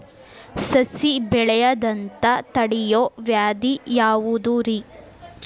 ಸಸಿ ಬೆಳೆಯದಂತ ತಡಿಯೋ ವ್ಯಾಧಿ ಯಾವುದು ರಿ?